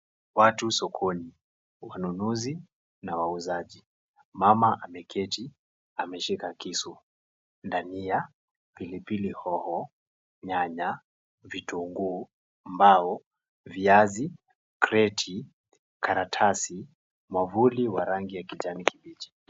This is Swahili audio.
Watu sokoni, wanunuzi na wauzaji. Mama ameketi ameshika kisu. Ndania, pilipili hoho, nyanya, vitunguu, mbao, viazi , kreti, karatasi, mwavuli wa rangi ya kijani kibichi.